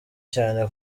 cyane